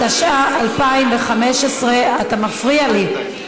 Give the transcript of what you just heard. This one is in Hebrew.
התשע"ה 2015. אתה מפריע לי.